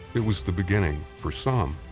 it was the beginning, for some,